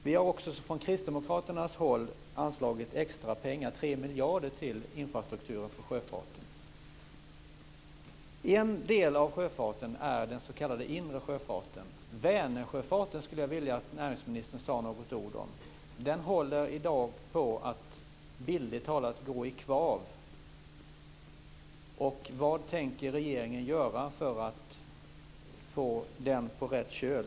Vi har också från kristdemokraternas håll anslagit extra pengar, 3 miljarder, till infrastrukturen för sjöfarten. En del av sjöfarten är den s.k. inre sjöfarten. Vänersjöfarten skulle jag vilja att näringsministern sade något ord om. Den håller i dag på att bildligt talat gå i kvav. Vad tänker regeringen göra för att få den på rätt köl?